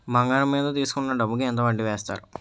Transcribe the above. బంగారం మీద తీసుకున్న డబ్బు కి ఎంత వడ్డీ వేస్తారు?